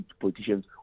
politicians